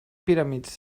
pyramids